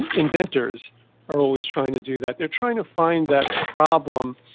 inventors are always trying to do that. they're trying to find that problem,